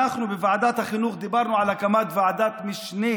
אנחנו בוועדת החינוך דיברנו על הקמת ועדת משנה